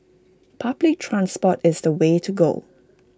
public transport is the way to go